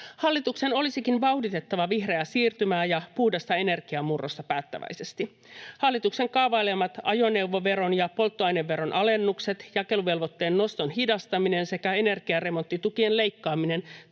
Hallituksen olisikin vauhditettava vihreää siirtymää ja puhdasta energiamurrosta päättäväisesti. Hallituksen kaavailemat ajoneuvoveron ja polttoaineveron alennukset, jakeluvelvoitteen noston hidastaminen sekä energiaremonttitukien leikkaaminen